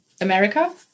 America